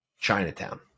Chinatown